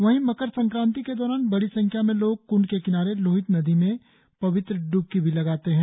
वही मकर संक्रांति के दैरान बड़ी संख्या में लोग क्ंड के किनारे लोहित नदी में पवित्र ड्बकी लगाते है